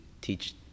teach